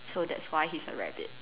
so that's why he's a rabbit